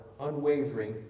unwavering